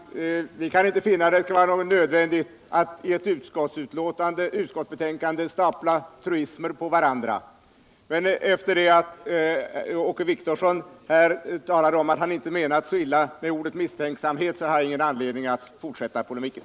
Herr talman! Vi kan inte finna att det är nödvändigt att i ett utskottsbetänkande stapla truismer på varandra. Men efter det att Åke Wictorsson talat om att han inte menade så illa med ordet ”misstänksamhet” har jag ingen anledning att fortsätta polemiken.